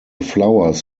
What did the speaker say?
flowers